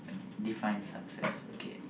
define success okay